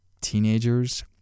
teenagers